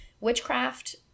witchcraft